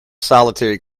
solitary